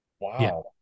wow